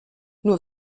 nur